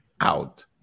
out